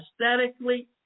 aesthetically